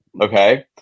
Okay